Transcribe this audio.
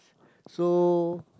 so